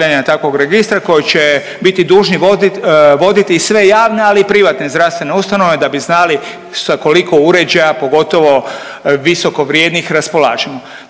takvog registra koji će biti dužni voditi sve javne ali i privatne zdravstvene ustanove da bi znali sa koliko uređaja pogotovo visoko vrijednih raspolažemo.